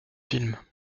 films